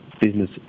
business